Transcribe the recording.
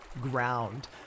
ground